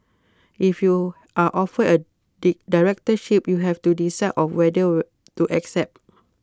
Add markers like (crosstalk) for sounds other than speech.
if you are offered A (unintelligible) directorship you have to decide of whether would to accept